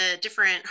different